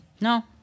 No